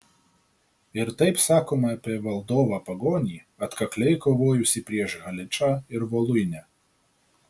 ir taip sakoma apie valdovą pagonį atkakliai kovojusį prieš haličą ir voluinę